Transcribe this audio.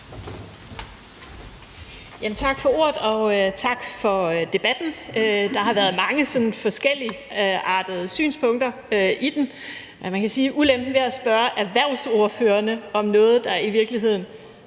Tak for ordet, og tak for debatten. Der har været mange sådan forskelligartede synspunkter i den. Man kan sige, at ulempen ved at spørge erhvervsordførerne om noget, der i virkeligheden